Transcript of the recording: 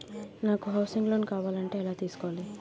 నాకు housing loan కావాలంటే ఎలా తీసుకోవాలి?